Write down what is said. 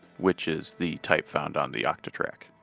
which is the type found on the octatrack.